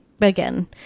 again